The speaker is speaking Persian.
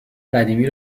قدیمی